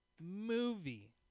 movie